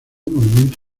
monumento